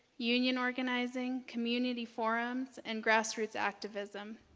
union organizing, community forums, and grass roots activism.